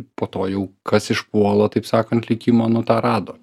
po to jau kas išpuola taip sakant likimo nu tą rado